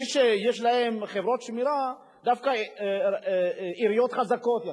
מי שיש להן חברות שמירה הן דווקא עיריות חזקות יחסית,